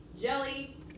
jelly